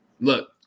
Look